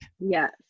Yes